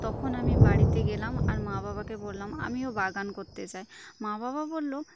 তখন আমি বাড়িতে গেলাম আর মা বাবাকে বললাম আমিও বাগান করতে চাই মা বাবা বললো